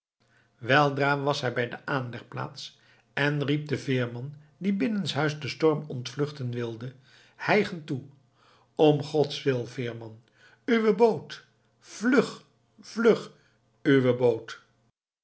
weldra was hij bij de aanlegplaats en riep den veerman die binnenshuis den storm ontvluchten wilde hijgend toe om godswil veerman uwe boot vlug vlug